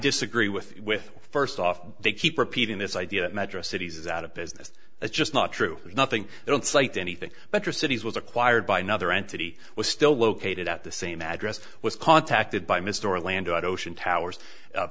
disagree with with first off they keep repeating this idea that metro city's out of business that's just not true there's nothing they don't cite anything but cities was acquired by another entity was still located at the same address was contacted by mr orlando at ocean towers